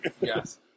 Yes